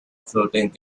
floating